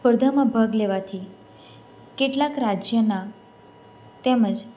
સ્પર્ધામાં ભાગ લેવાથી કેટલાંક રાજ્યના તેમજ